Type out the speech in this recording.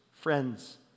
friends